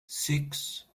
six